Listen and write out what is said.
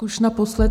Už naposled.